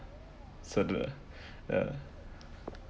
so good ah ya